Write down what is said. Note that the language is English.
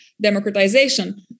democratization